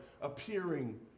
appearing